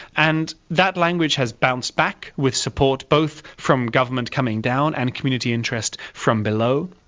and that language has bounced back with support both from government coming down and committee interest from below.